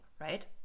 right